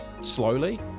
slowly